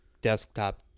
desktop